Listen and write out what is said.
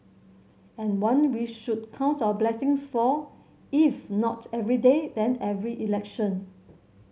and one we should count our blessings for if not every day then every election